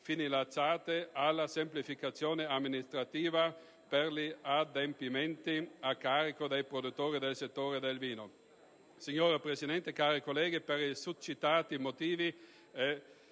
finalizzate alla semplificazione amministrativa per gli adempimenti a carico dei produttori del settore del vino. Signora Presidente, cari colleghi, per i succitati motivi